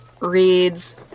reads